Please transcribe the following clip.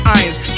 irons